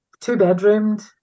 two-bedroomed